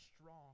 strong